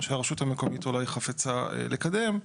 מה שהרשות המקומית אולי חפצה לקדם,